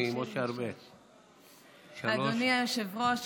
אדוני היושב-ראש,